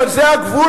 אבל זה הגבול,